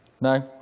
No